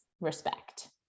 respect